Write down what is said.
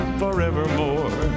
forevermore